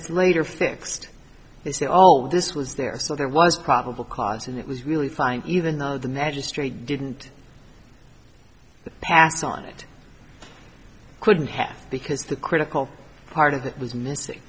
it's later fixed they say all this was there so there was probable cause and it was really fine even though the magistrate didn't pass on it couldn't have because the critical part of it was missing